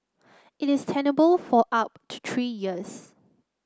it is tenable for up to three years